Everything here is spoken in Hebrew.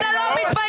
אתה לא מתבייש?